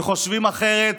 וחושבים אחרת